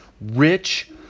Rich